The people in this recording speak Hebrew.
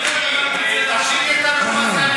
מיקי זוהר, מיקי, זה התפקיד שלנו,